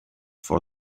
for